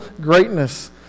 greatness